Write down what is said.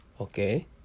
Okay